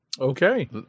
Okay